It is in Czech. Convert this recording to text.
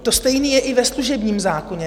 To stejné je i ve služebním zákoně.